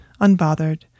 unbothered